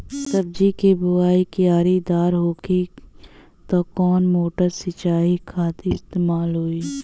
सब्जी के बोवाई क्यारी दार होखि त कवन मोटर सिंचाई खातिर इस्तेमाल होई?